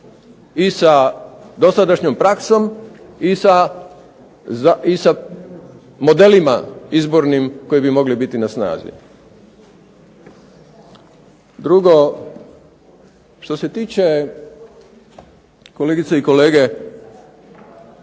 i sa dosadašnjom praksom i sa modelima izbornim koji bi mogli biti na snazi. Drugo, što se tiče kolegice i kolege